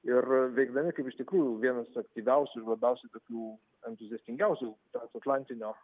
ir veikdami kaip iš tikrųjų vienas aktyviausių ir labiausiai tokių entuziastingiausių transatlantinio